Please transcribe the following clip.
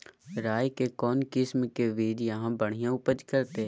राई के कौन किसिम के बिज यहा बड़िया उपज करते?